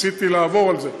אני ניסיתי לעבור על זה.